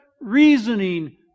reasoning